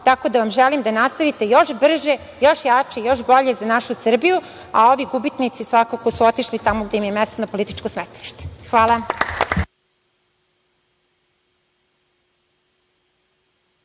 Tako da vam želim da nastavite još brže, još jače, još bolje za našu Srbiju, a ovi gubitnici svakako su otišli tamo gde im je mesto, na političko smetlište. Hvala.